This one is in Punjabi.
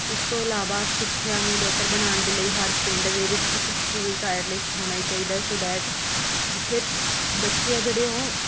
ਇਸ ਤੋਂ ਇਲਾਵਾਂ ਸਿੱਖਿਆਂ ਨੂੰ ਬਿਹਤਰ ਬਣਾਉਣ ਦੇ ਲਈ ਹਰ ਪਿੰਡ ਦੇ ਵਿੱਚ ਇੱਕ ਸਕੂਲ ਤਾਂ ਐਟਲੀਸਟ ਹੋਣਾ ਹੀ ਚਾਹੀਦਾ ਹੈ ਸੋ ਦੈਟ ਜਿੱਥੇ ਬੱਚੇ ਹੈ ਜਿਹੜੇ ਉਹ